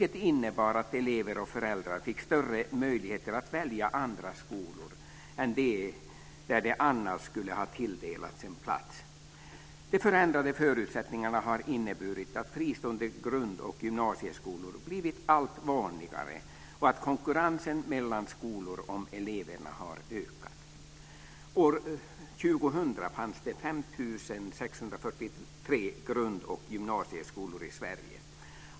Det innebar att elever och föräldrar fick större möjligheter att välja andra skolor än de där de annars skulle ha tilldelats en plats. De förändrade förutsättningarna har inneburit att fristående grund och gymnasieskolor blivit allt vanligare och att konkurrensen mellan skolor om eleverna har ökat. År 2000 fanns det 5 643 grund och gymnasieskolor i Sverige.